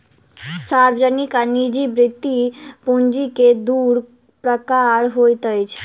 सार्वजनिक आ निजी वृति पूंजी के दू प्रकार होइत अछि